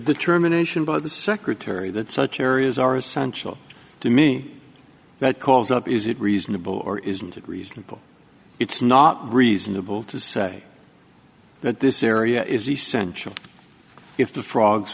determination by the secretary that such areas are essential to me that calls up is it reasonable or isn't it reasonable it's not reasonable to say that this area is essential if the frogs